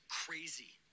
crazy